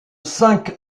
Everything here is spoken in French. cinq